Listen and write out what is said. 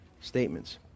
statements